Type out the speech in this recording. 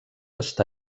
està